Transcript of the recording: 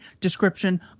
description